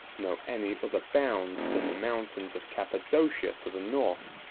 know any other bounds than the mountains of cappadocia to the north,